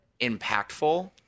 impactful